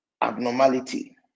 abnormality